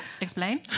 explain